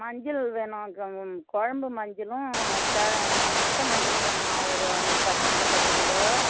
மஞ்சள் வேணும் க குழம்பு மஞ்சளும் க முத்த மஞ்சளும் வேணும்மா ஒரு அஞ்சு பத்துக்கிலோ பத்துக்கிலோ